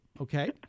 okay